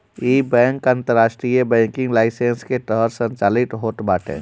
इ बैंक अंतरराष्ट्रीय banking licence के तहत संचालित होत बाटे